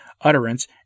utterance